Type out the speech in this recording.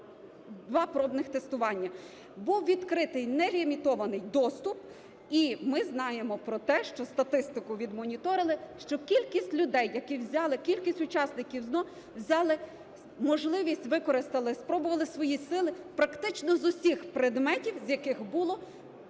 два пробних тестування. Був відкритий нелімітований доступ. І ми знаємо про те, статистику відмоніторили, що кількість людей, які взяли... кількість учасників ЗНО взяли... можливість використали, спробували свої сили практично з усіх предметів, з яких було передбачено